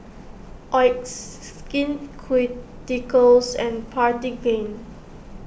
Oxy Skin Ceuticals and Cartigain